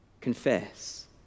confess